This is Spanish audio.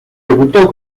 debutó